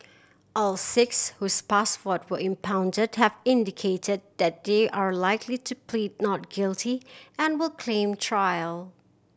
all six whose passport were impounded have indicated that they are likely to plead not guilty and will claim trial